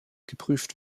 geprüft